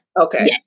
Okay